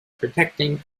protecting